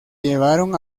llevaron